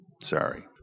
Sorry